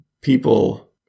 people